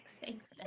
Thanks